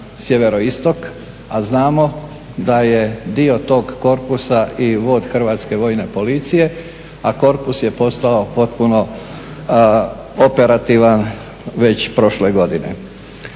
sjevero-istok, a znamo da je dio tog korpusa i vod Hrvatske vojne policije, a korpus je postao potpuno operativan već prošle godine.